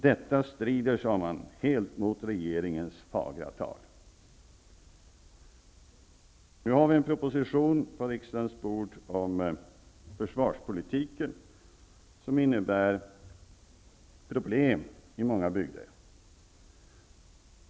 Detta strider, sade man, helt mot regeringens fagra tal. Nu har vi en proposition på riksdagens bord om försvarspolitiken som innebär problem i många bygder.